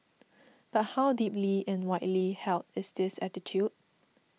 but how deeply and widely held is this attitude